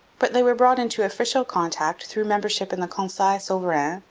but they were brought into official contact through membership in the conseil souverain,